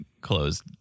close